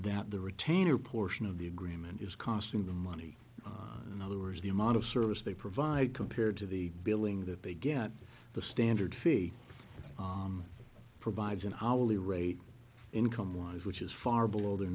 that the retainer portion of the agreement is costing them money in other words the amount of service they provide compared to the billing that they get the standard fee provides an hourly rate income wise which is far below the